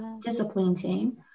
disappointing